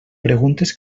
preguntes